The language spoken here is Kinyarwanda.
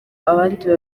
abandi